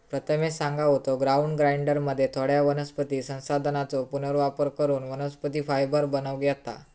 प्रथमेश सांगा होतो, ग्राउंड ग्राइंडरमध्ये थोड्या वनस्पती संसाधनांचो पुनर्वापर करून वनस्पती फायबर बनवूक येता